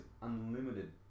unlimited